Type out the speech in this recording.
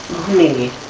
me